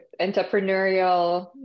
entrepreneurial